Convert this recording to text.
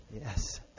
Yes